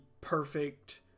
perfect